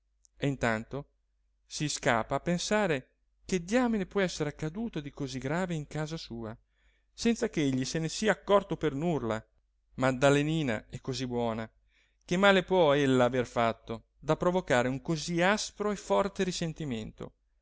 e intanto si scapa a pensare che diamine può essere accaduto di così grave in casa sua senza ch'egli se ne sia accorto per nulla maddalenina è così buona che male può ella aver fatto da provocare un così aspro e forte risentimento